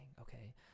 okay